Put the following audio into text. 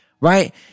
right